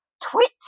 Twit